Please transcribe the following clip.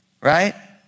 Right